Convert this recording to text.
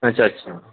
अच्छा अच्छा